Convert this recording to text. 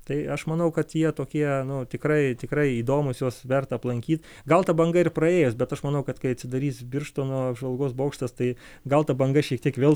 tai aš manau kad jie tokie nu tikrai tikrai įdomūs juos verta aplankyt gal ta banga ir praėjus bet aš manau kad kai atsidarys birštono apžvalgos bokštas tai gal ta banga šiek tiek vėl